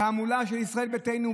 תעמולה של ישראל ביתנו.